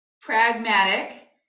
pragmatic